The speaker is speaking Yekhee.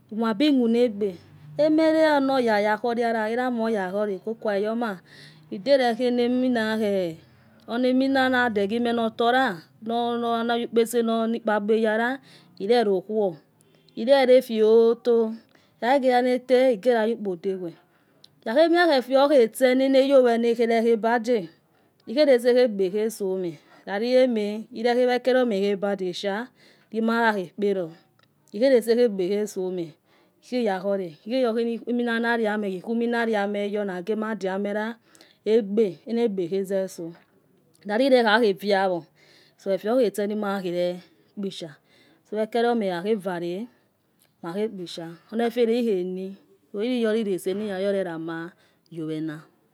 Imuabi muna egbe emaronoua yahore ala or iyoma oyqlwhore ala. idarehe enamina. nadeghimo la nalorla onayulipes ese ni ikpqlakpa iyalq irelokkuwo erelofioto uchaderelel i lua. ayu kpo dedwo ukhakuo mie efeokhe itse nanwwowena akuorobada. ikue lese egbe ekuosomo laliliema. ile akeliomo ekhebada ishe lime yacho kpolo akheyo enamina. nariamo ikhemi naremeyo. ca gi emadega mayor lol egbe. ena egbe. ekhoze so lalikhakhe voawo. so efe okuo itse nimayaer kpisha so okeliomo olchahe vare malche kpisha. onefela ikheni. lligolitese nigayorelama yowena